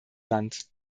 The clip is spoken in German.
land